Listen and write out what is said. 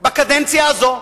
בקדנציה הזאת.